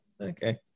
okay